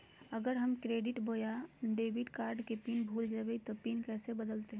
अगर हम क्रेडिट बोया डेबिट कॉर्ड के पिन भूल जइबे तो पिन कैसे बदलते?